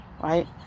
right